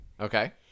Okay